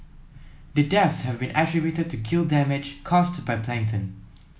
the deaths have been attributed to gill damage caused by plankton